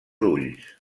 ulls